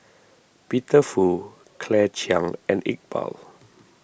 Peter Fu Claire Chiang and Iqbal